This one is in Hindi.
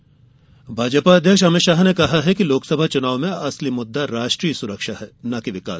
शाह राहल भाजपा अध्यक्ष अमित शाह ने कहा है कि लोकसभा चुनाव में असली मुद्दा राष्ट्रीय सुरक्षा है न कि विकास